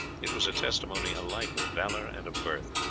it was a testimony alike of valour and of birth,